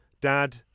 Dad